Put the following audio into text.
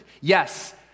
Yes